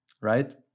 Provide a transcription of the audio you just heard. Right